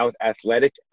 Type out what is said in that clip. athletic